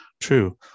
true